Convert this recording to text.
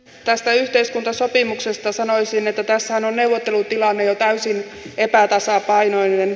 tästä yhteiskuntasopimuksesta sanoisin että tässähän on neuvottelutilanne jo täysin epätasapainoinen